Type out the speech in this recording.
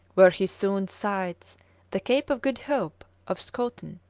where he soon sights the cape of good hope of schouten,